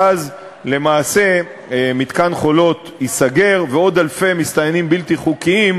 ואז למעשה מתקן "חולות" ייסגר ועוד אלפי מסתננים בלתי-חוקיים